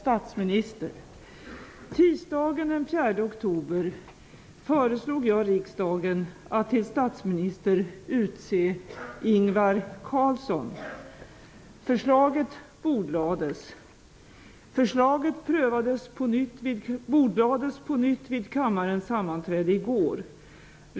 Tisdagen den 4 oktober föreslog jag riksdagen att till statsminister utse Ingvar Carlsson. Förslaget bordlades. Förslaget bordlades ånyo vid kammarens sammanträde i går.